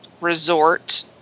resort